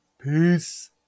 Peace